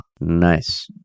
nice